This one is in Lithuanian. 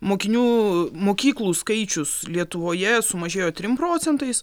mokinių mokyklų skaičius lietuvoje sumažėjo trim procentais